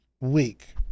week